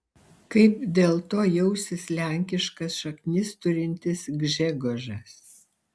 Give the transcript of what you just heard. kaip dėl to jausis lenkiškas šaknis turintis gžegožas